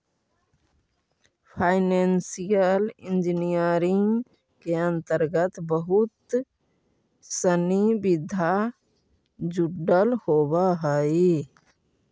financial engineering के अंतर्गत बहुत सनि विधा जुडल होवऽ हई